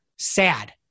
sad